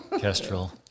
Kestrel